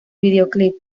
videoclip